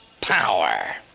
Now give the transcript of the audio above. power